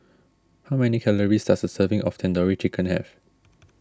how many calories does a serving of Tandoori Chicken have